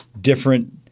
different –